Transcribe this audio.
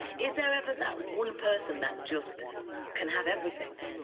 is there ever that one person that just can have everything?